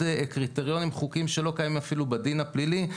קריטריונים חוקיים שלא קיימים אפילו בדין הפלילי,